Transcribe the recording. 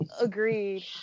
Agreed